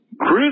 Chris